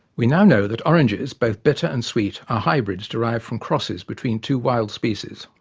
we now know that oranges, both bitter and sweet, are hybrids derived from crosses between two wild species,